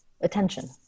attention